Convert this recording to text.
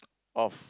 of